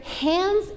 hands